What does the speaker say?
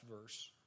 verse